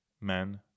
Men